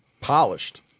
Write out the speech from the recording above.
polished